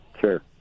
Sure